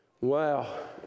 Wow